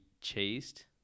chased